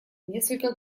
несколько